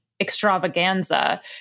extravaganza